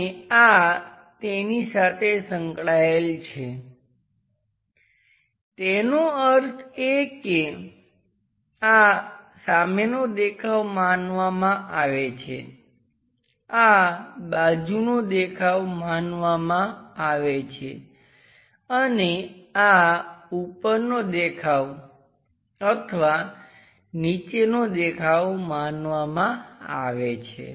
અને આ તેની સાથે સંકળાયેલ છે તેનો અર્થ એ કે આ સામેનો દેખાવ માનવામાં આવે છે આ બાજુનો દેખાવ માનવામાં આવે છે અને આ ઉપરનો દેખાવ અથવા નીચેનો દેખાવ માનવામાં આવે છે